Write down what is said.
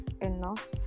enough